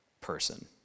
person